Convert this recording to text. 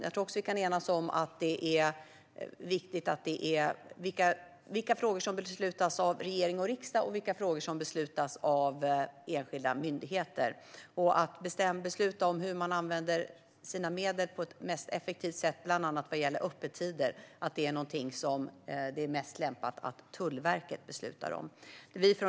Jag tror också att vi kan enas om vilka frågor som ska beslutas av regering och riksdag och vilka frågor som ska beslutas av enskilda myndigheter. Och att besluta om hur man använder sina medel på det mest effektiva sättet, bland annat vad gäller öppettider, är Tullverket bäst lämpat att göra.